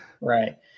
right